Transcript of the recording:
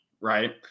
right